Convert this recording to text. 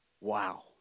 Wow